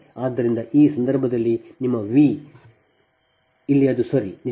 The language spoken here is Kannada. ಆದ್ದರಿಂದ ಆ ಸಂದರ್ಭದಲ್ಲಿ ನಿಮ್ಮ ವಿ ಅಥವಾ ಹಿಡಿದುಕೊಳ್ಳಿ ಇಲ್ಲಿ ಅದು ಸರಿ